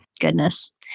goodness